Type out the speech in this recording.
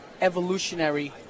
evolutionary